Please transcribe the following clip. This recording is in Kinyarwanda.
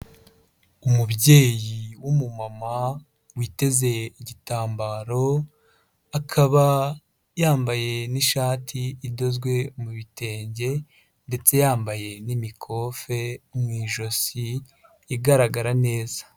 Umubyeyi w'umumama witeze igitambaro akaba yambaye n'ishati idozwe mu bitenge ndetse yambaye n'imikofe mu ijosi igaragara neza.